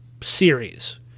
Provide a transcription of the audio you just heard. series